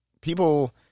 people